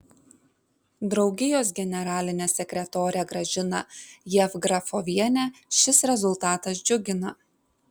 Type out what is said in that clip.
draugijos generalinę sekretorę gražiną jevgrafovienę šis rezultatas džiugina